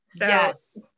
Yes